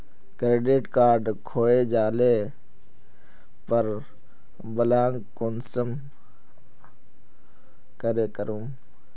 Credit card खोये जाले पर ब्लॉक कुंसम करे करूम?